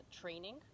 training